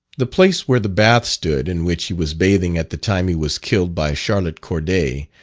the place where the bath stood, in which he was bathing at the time he was killed by charlotte corday,